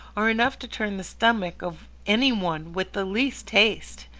are enough to turn the stomach of any one with the least taste,